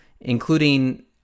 including